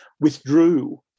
withdrew